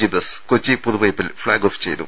G bus Kochi പുതുവൈ പ്പിൽ flag off ചെയ്തു